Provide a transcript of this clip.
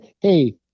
Hey